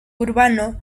urbano